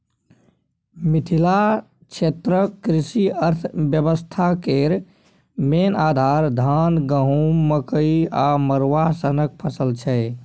मिथिला क्षेत्रक कृषि अर्थबेबस्था केर मेन आधार, धान, गहुँम, मकइ आ मरुआ सनक फसल छै